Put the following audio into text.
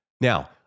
Now